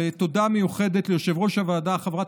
לומר תודה מיוחדת ליושבת-ראש הוועדה חברת